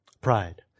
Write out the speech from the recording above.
Pride